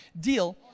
deal